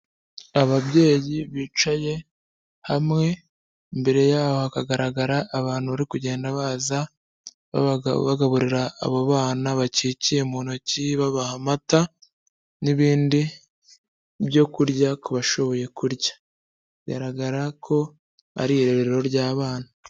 Ababyeyi bicaye hamwe, imbere y'abo hakagaragara abantu bari kugenda baza, bagaburira abo bana bakikiye mu ntoki babaha amata, n'ibindi byo kurya ku bashoboye kurya, bigaragara ko ari irerero ry'abana.